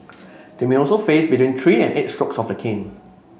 they may also face between three and eight strokes of the cane